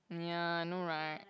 ya i know right